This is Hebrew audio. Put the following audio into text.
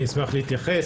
אני אשמח להתייחס.